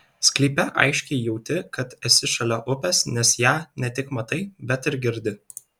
sklype aiškiai jauti kad esi šalia upės nes ją ne tik matai bet ir girdi